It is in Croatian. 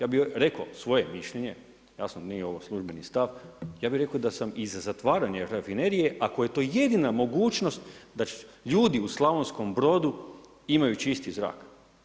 Ja bi rekao svoje mišljenje, jasno nije ovo službeni stav, ja bi rekao da sam i za zatvaranje rafinerije ako je to jedina mogućnost da ljudi u Slavonskim Brodu imaju čisti zrak.